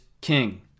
king